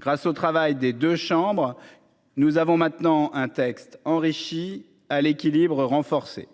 Grâce au travail des deux chambres. Nous avons maintenant un texte enrichi à l'équilibre renforcée.